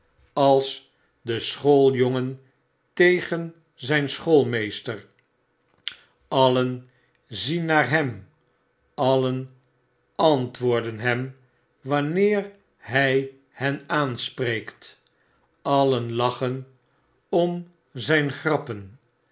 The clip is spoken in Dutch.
als de schooljongen tegen zyn schoolmeester allen zien naar hem alien antwoorden hem wanneer hy hen aanspreekt alien lachen om zijn grappen